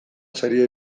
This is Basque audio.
saria